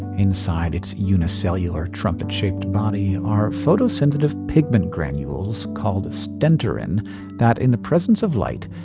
inside its unicellular, trumpet-shaped body are photosensitive pigment granules called stentorin that, in the presence of light,